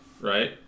right